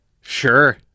Sure